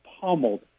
pummeled